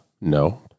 no